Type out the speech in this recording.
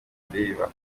ndeba